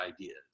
ideas